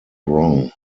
wrong